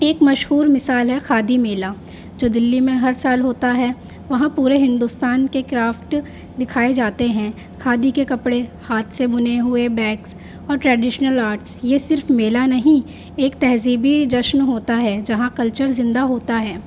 ایک مشہور مثال ہے کھادی میلہ جو دلی میں ہر سال ہوتا ہے وہاں پورے ہندوستان کے کرافٹ دکھائے جاتے ہیں کھادی کے کپڑے ہاتھ سے بنے ہوئے بیگس اور ٹریڈیشنل آرٹس یہ صرف میلہ نہیں ایک تہذیبی جشن ہوتا ہے جہاں کلچر زندہ ہوتا ہے